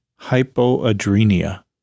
hypoadrenia